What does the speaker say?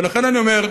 ולכן אני אומר: